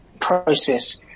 process